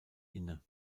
inne